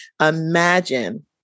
imagine